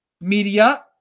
media